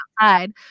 outside